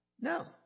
No